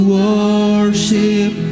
worship